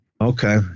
Okay